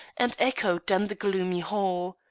and echoed down the gloomy hall.